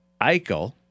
Eichel